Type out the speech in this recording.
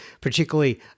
particularly